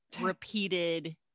repeated